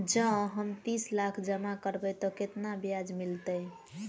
जँ हम तीस लाख जमा करबै तऽ केतना ब्याज मिलतै?